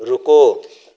रुको